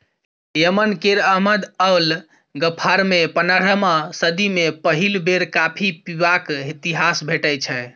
Yemen केर Ahmed al गफ्फारमे पनरहम सदी मे पहिल बेर कॉफी पीबाक इतिहास भेटै छै